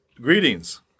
greetings